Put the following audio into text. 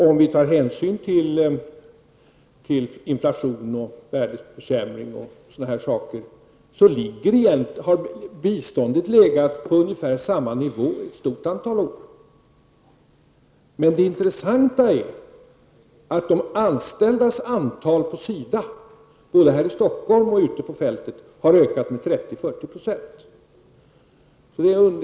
Om vi tar hänsyn till inflation, värdeförsämring, osv. har biståndet legat på ungefär samma nivå under ett stort antal år. Men det intressanta är att antalet anställda på SIDA, både här i Stockholm och ute på fältet, har ökat med 30--40 %.